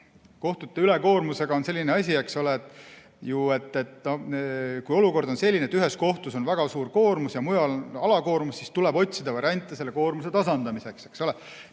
Kohtute ülekoormusega on selline asi. Olukord on selline, et ühes kohtus on väga suur koormus, mujal aga on alakoormus. Siis tuleb otsida variante selle koormuse tasandamiseks,